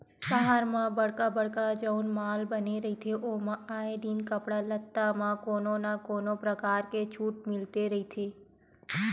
सहर म बड़का बड़का जउन माल बने रहिथे ओमा आए दिन कपड़ा लत्ता म कोनो न कोनो परकार के छूट मिलते रहिथे